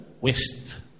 west